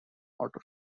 auto